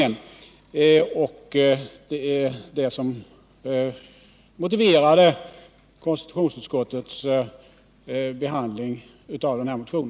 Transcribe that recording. Det är också detta som motiverat konstitutionsutskottets behandling av Knut Wachtmeisters motion.